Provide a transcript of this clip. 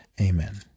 Amen